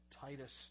Titus